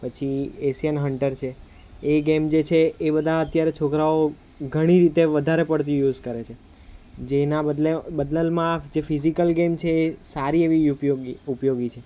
પછી Asian hunter છે એ ગેમ જે છે એ બધા અત્યારે છોકરાઓ ઘણી રીતે વધારે પડતી યુઝ કરે છે જેના બદલે બદલમાં જે ફિઝિકલ ગેમ છે એ સારી એવી ઉપયોગી ઉપયોગી છે